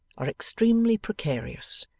are extremely precarious.